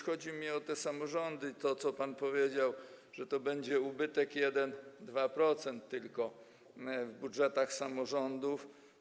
Chodzi mi o te samorządy, o to, co pan powiedział, że to będzie ubytek tylko 1–2% w budżetach samorządów.